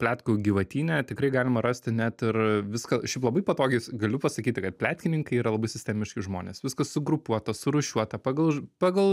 pletkų gyvatyne tikrai galima rasti net ir viską šiaip labai patogiai galiu pasakyti kad pletkininkai yra labai sistemiški žmonės viskas sugrupuota surūšiuota pagal pagal